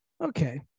Okay